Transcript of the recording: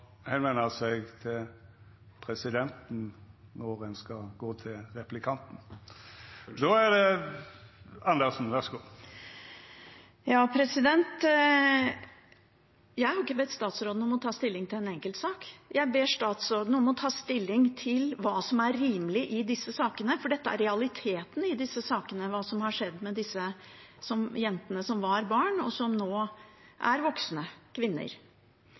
skal gå via presidenten. Jeg har ikke bedt statsråden om å ta stilling til en enkeltsak. Jeg ber statsråden om å ta stilling til hva som er rimelig i disse sakene, for dette er realiteten i det som har skjedd med disse jentene som var barn, og som nå er voksne kvinner.